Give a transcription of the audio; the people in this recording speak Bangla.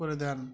প্রধান